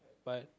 but